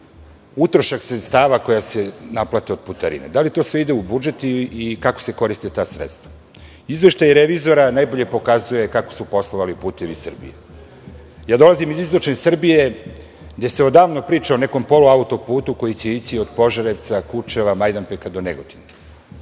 utrošak sredstava koja se naplati od putarine, da li to ide u budžet i kako se koriste ta sredstva? Izveštaj revizora najbolje pokazuje kako su poslovali "Putevi Srbije".Dolazim iz istočne Srbije, gde se odavno priča o nekom polu auto-putu koji će ići od Požarevca, Kučeva, Majdanpeka do Negotina. Zar